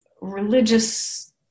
religious